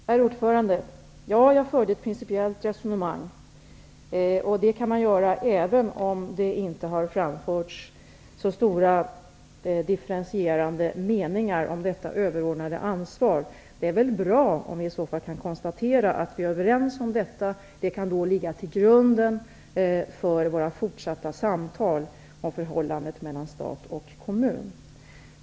Herr talman! Ja, jag förde ett principiellt resonemang. Det kan man göra även om det här i debatten inte har framförts så väldigt differentierande meningar om detta överordnade ansvar. Det är väl bra om vi i så fall kan konstatera att vi är överens om detta. Det kan då ligga till grund för våra fortsatta samtal kring förhållandet mellan stat och kommun.